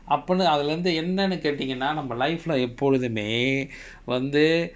அப்பேனு அதுல இருந்து என்னனு கேடிங்கன்னா நம்ம:apaenu athula irunthu ennaanu kaetinganna namma life lah எப்பொழுதுமே வந்து:eppoluthumae vanthu